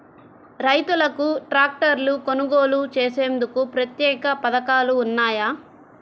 రైతులకు ట్రాక్టర్లు కొనుగోలు చేసేందుకు ప్రత్యేక పథకాలు ఉన్నాయా?